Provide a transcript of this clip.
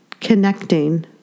connecting